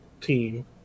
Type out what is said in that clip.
team